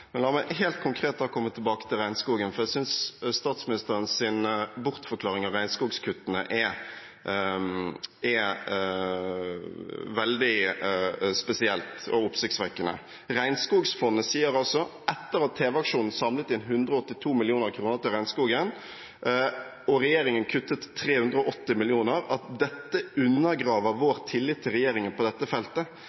Men la meg helt konkret komme tilbake til regnskogen, for jeg synes statsministerens bortforklaring av regnskogkuttene er veldig spesiell og oppsiktsvekkende. Regnskogfondet sa, etter at TV-aksjonen samlet inn 182 mill. kr til regnskogen og regjeringen kuttet 380 mill. kr: «Dette undergraver vår tillit til regjeringen på dette feltet.